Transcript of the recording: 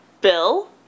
Bill